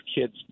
kids